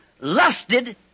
lusted